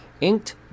inked